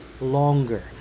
longer